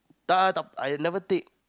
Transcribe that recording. I have never take